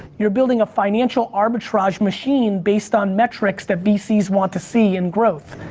you're building a financial arbitrage machine based on metrics that vcs want to see and growth.